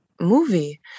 movie